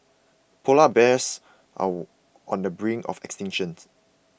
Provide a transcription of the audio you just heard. Polar Bears are on the brink of extinctions